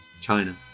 China